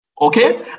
okay